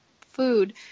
food